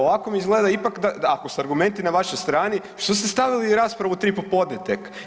Ovako mi izgleda ipak, ako su argumenti na vašoj strani što ste stavili raspravu u tri popodne tek.